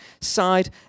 side